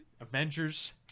Avengers